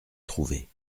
trouver